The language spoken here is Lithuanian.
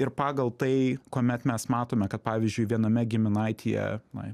ir pagal tai kuomet mes matome kad pavyzdžiui viename giminaityje na